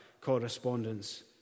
correspondence